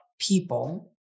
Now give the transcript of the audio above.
people